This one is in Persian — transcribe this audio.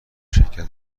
شرکت